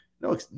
no